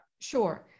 Sure